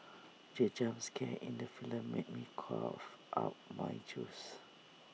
the jump scare in the film made me cough out my juice